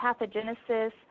pathogenesis